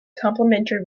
complimentary